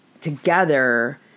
together